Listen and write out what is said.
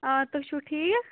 آ تُہۍ چھُو ٹھیٖک